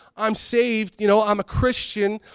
i'm saved. you know, i'm a christian.